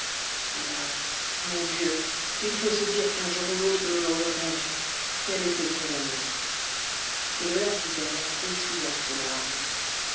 hélas mon dieu il faut se dire qu'un jour ou l'autre nous l'aurions perdue qu'elle était condamnée et le lapidaire essuya ses larmes